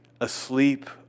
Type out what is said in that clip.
asleep